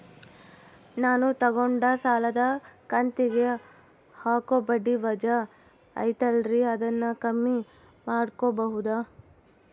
ನಾನು ತಗೊಂಡ ಸಾಲದ ಕಂತಿಗೆ ಹಾಕೋ ಬಡ್ಡಿ ವಜಾ ಐತಲ್ರಿ ಅದನ್ನ ಕಮ್ಮಿ ಮಾಡಕೋಬಹುದಾ?